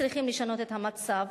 צריכים לשנות את המצב.